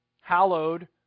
Hallowed